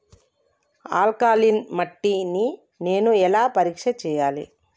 Alkaline మట్టి ని నేను ఎలా పరీక్ష చేయాలి?